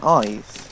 eyes